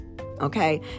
Okay